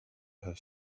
her